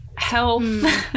health